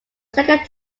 second